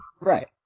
Right